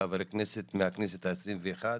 חבר כנסת מהכנסת ה-21.